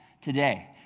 today